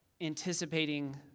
anticipating